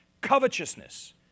covetousness